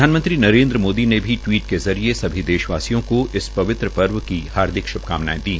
प्रधानमंत्री नरेन्द्र मोदी ने भी टवीट के जरिये सभी देशवासियों को इस पवित्र पर्व की हार्दिक श्भकामनांए दी